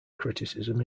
criticism